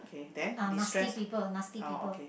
uh nasty people nasty people